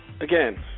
Again